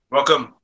Welcome